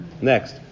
Next